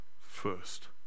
first